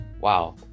wow